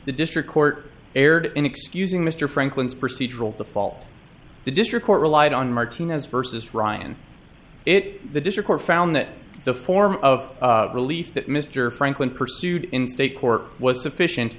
the district court erred in excusing mr franklin's procedural default the district court relied on martinez versus ryan it the district or found that the form of release that mr franklin pursued in state court was sufficient